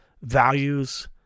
values